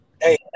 Hey